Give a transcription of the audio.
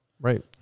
Right